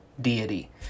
deity